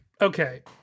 okay